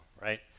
right